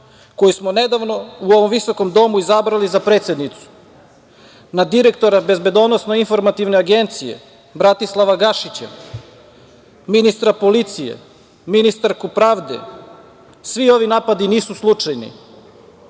koju smo nedavno u ovom visokom domu izabrali za predsednicu, na direktora BIA Bratislava Gašića, ministra policije, ministarku pravde, svi ovi napadi nisu slučajni.